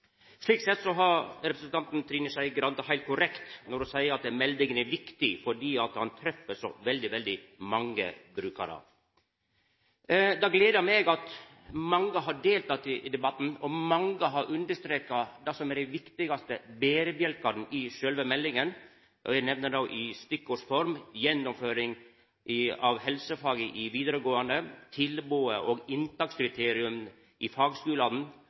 Slik sett har representanten Trine Skei Grande heilt rett når ho seier at meldinga er viktig fordi ho treffer svært mange brukarar. Det gler meg at mange har delteke i debatten. Mange har understreka det som er dei viktigaste berebjelkane i sjølve meldinga, og eg nemner det i stikkordsform: gjennomføring av helsefaga i vidaregåande skule, tilbodet og inntakskriterium i fagskulane,